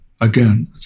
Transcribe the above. again